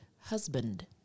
Husband